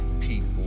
people